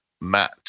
Matt